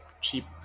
cheap